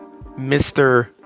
mr